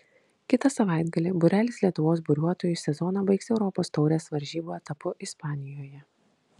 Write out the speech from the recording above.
kitą savaitgalį būrelis lietuvos buriuotojų sezoną baigs europos taurės varžybų etapu ispanijoje